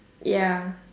ya